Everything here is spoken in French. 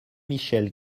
michel